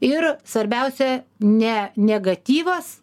ir svarbiausia ne negatyvas